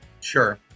Sure